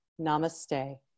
namaste